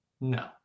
No